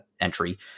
entry